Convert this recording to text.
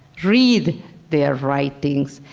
read their writings,